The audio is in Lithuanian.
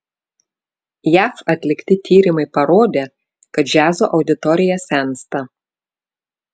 jav atlikti tyrimai parodė kad džiazo auditorija sensta